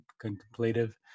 contemplative